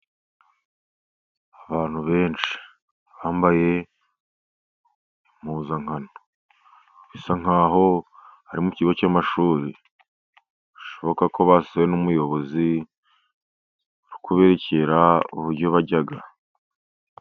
Abantu benshi bambaye impuzankano, bisa nk'aho ari mu kigo cy'amashuri, bishoboka ko basuwe n'umuyobozi, uri kuberekera uburyo barya.